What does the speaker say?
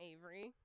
Avery